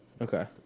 okay